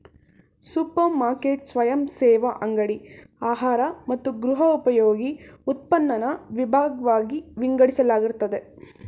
super market ಸ್ವಯಂಸೇವಾ ಅಂಗಡಿ ಆಹಾರ ಮತ್ತು ಗೃಹೋಪಯೋಗಿ ಉತ್ಪನ್ನನ ವಿಭಾಗ್ವಾಗಿ ವಿಂಗಡಿಸಲಾಗಿರ್ತದೆ